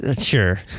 sure